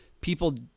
people